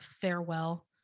farewell